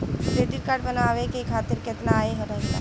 Credit card बनवाए के खातिर केतना आय रहेला?